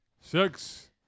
Six